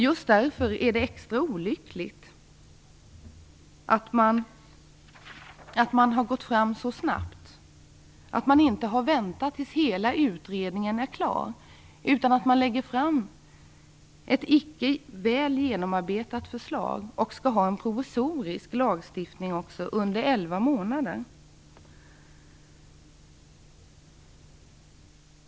Just därför är det extra olyckligt att man har gått fram så snabbt, att man inte har väntat tills hela utredningen är klar. Man lägger fram ett icke väl genomarbetat förslag och skall också ha en provisorisk lagstiftning under elva månader.